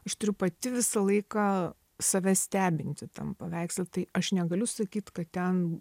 aš turiu pati visą laiką save stebinti tam paveiksle tai aš negaliu sakyt kad ten